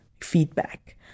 feedback